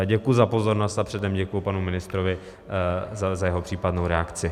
Děkuji za pozornost a předem děkuji panu ministrovi za jeho případnou reakci.